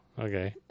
okay